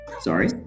sorry